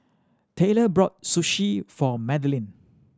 Tayler brought Sushi for Madilyn